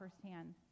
firsthand